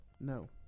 No